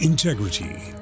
Integrity